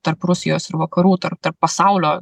tarp rusijos ir vakarų tarp tarp pasaulio